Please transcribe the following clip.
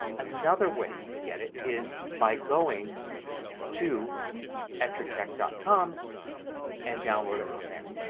another way you can get it is by going to etrecheck dot com and download it from there.